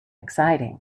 exciting